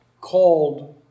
called